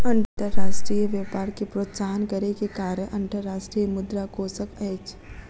अंतर्राष्ट्रीय व्यापार के प्रोत्साहन करै के कार्य अंतर्राष्ट्रीय मुद्रा कोशक अछि